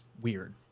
weird